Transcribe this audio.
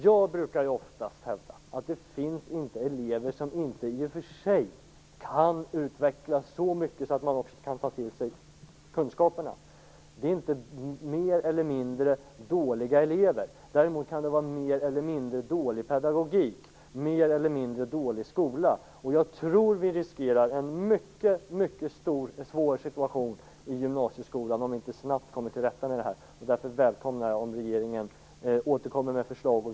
Jag brukar oftast hävda att det inte finns elever som inte kan utvecklas så mycket att de också kan ta till sig kunskaperna. Det är inte fråga om mer eller mindre dåliga elever. Däremot kan det vara mer eller mindre dålig pedagogik och mer eller mindre dålig skola. Jag tror att vi riskerar en mycket svår situation i gymnasieskolan, om vi inte snabbt kommer till rätta med problemen. Därför välkomnar jag att regeringen återkommer med förslag.